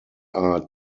are